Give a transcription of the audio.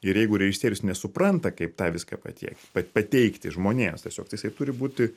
ir jeigu režisierius nesupranta kaip tą viską patiekt pateikti žmonėms tiesiog tai jisai turi būti